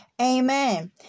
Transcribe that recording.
Amen